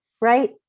right